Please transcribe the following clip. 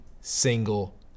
single